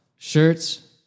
Shirts